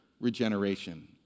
regeneration